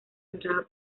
entrada